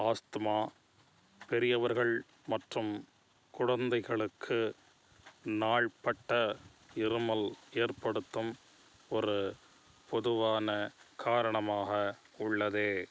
asthma பெரியவர்கள் மற்றும் குழந்தைகளுக்கு நாள்பட்ட இருமல் ஏற்படுத்தும் ஒரு பொதுவான காரணமாக உள்ளது